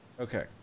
Okay